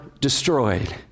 destroyed